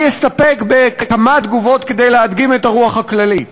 אני אסתפק בכמה תגובות כדי להדגים את הרוח הכללית.